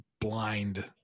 blind